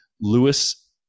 Lewis